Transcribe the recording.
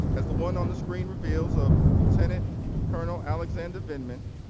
is the one on the screen reveals of lieutenant colonel alexander of inman.